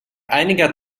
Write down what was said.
einiger